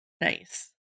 nice